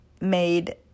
made